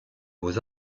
beaux